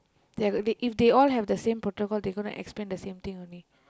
they uh if they all have the same protocol they gonna explain the same thing only